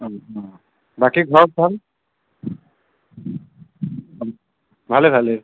বাকী ঘৰত ভাল ভালে ভালেই